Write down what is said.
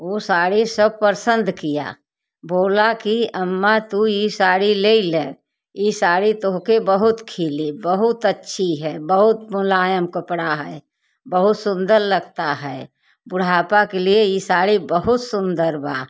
ओ साड़ी सब पसंद किया बोला कि अम्मा तू ई साड़ी लेई ले ई साड़ी तोहके बहुत खिली बहुत अच्छी है बहुत मुलायम कपड़ा है बहुत सुंदर लगता है बुढ़ापा के लिए ई साड़ी बहुत सुंदर बा